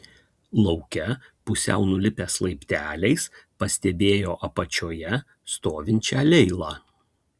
lauke pusiau nulipęs laipteliais pastebėjo apačioje stovinčią leilą